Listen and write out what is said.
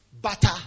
butter